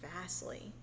vastly